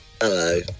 Hello